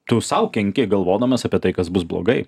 tu sau kenki galvodamas apie tai kas bus blogai